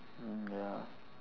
mm ya